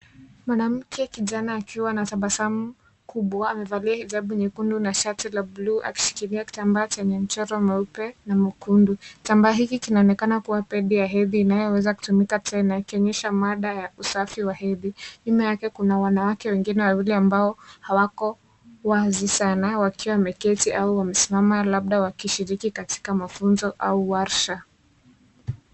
Mwanamke kijana akiwa na tabasamu kubwa akiwa amevalia savu nyekundu na shati ya bluu akishikililia kitambaa Chenye mchoro mweupe na mwekundu. Kitambaa hiki kinaonekana kuwa hedhi inayoweza kutumika na akionyesha mada wa usafi wa hedhi. Nyuma yake kuna wanawake wengine wawili ambao hawako wazi sana wakiwa wameketi au wamesimama, labda wakishiriki katika mafunzo au warsha.